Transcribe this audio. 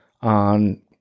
on